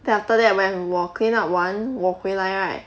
then after that when 我 clean up 完我回来 right